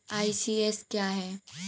ECS क्या है?